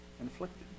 inflicted